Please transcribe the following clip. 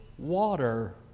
water